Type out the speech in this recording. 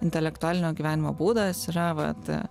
intelektualinio gyvenimo būdas yra vat